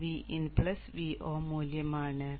ഇത് Vin Vo മൂല്യമാണ്